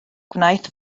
gwnaeth